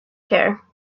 care